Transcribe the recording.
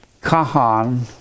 Kahan